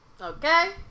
Okay